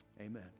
Amen